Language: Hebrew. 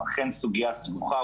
זו אכן סוגיה סבוכה.